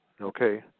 Okay